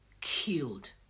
killed